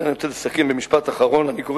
אני רוצה לסכם במשפט אחרון: אני קורא